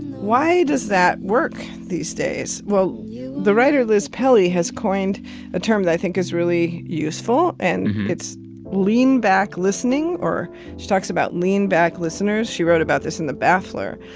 why does that work these days? well, the writer liz pelly has coined a term that i think is really useful. and it's lean-back listening. or she talks about lean-back listeners. she wrote about this in the baffler.